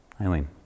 Eileen